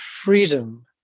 freedom